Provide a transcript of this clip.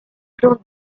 plantes